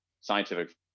scientific